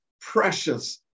precious